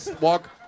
walk